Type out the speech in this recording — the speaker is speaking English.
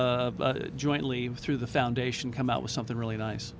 jointly through the foundation come out with something really nice